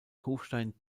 kufstein